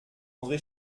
andré